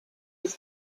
the